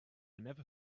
never